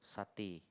satay